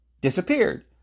disappeared